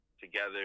together